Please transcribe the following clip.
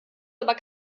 aber